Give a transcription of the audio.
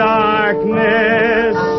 darkness